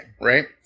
Right